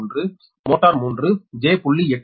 551 motor 3 j0